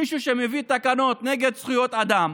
מישהו שמביא תקנות נגד זכויות אדם